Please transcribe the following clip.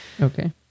Okay